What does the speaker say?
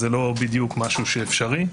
זה לא בדיוק משהו אפשרי,